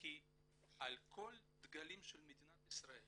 כי כל הדגלים של מדינת ישראל